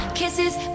kisses